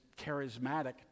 charismatic